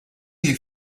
you